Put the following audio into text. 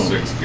Six